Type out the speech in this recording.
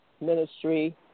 ministry